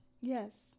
Yes